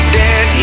dead